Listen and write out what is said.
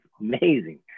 amazing